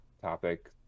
topic